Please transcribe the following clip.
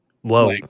whoa